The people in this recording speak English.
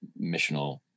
missional